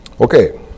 Okay